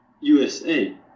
USA